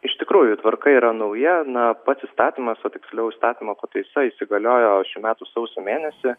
iš tikrųjų tvarka yra nauja na pats įstatymas o tiksliau įstatymo pataisa įsigaliojo šių metų sausio mėnesį